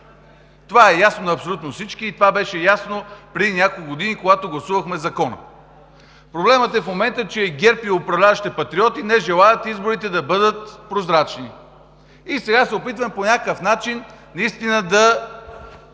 Това е ясно на абсолютно всички и това беше ясно преди няколко години, когато гласувахме закона. Проблемът в момента е, че ГЕРБ и управляващите Патриоти не желаят изборите да бъдат прозрачни и сега се опитваме по някакъв начин да